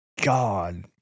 God